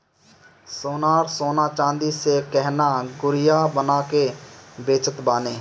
सोनार सोना चांदी से गहना गुरिया बना के बेचत बाने